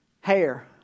Hair